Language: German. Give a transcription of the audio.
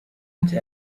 hatte